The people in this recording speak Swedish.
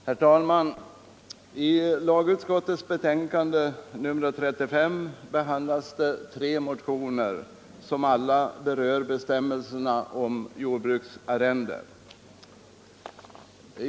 Herr talman! I lagutskottets betänkande nr 35 behandlas tre motioner som alla rör bestämmelserna om jordbruksarrende.